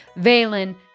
Valen